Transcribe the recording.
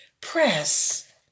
Press